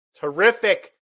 terrific